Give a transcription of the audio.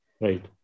right